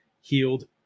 healed